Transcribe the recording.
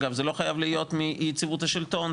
זה לא חייב להיות מאי יציבות השלטון,